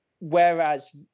Whereas